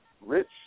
rich